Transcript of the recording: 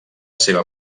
seva